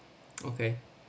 okay